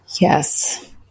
Yes